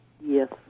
Yes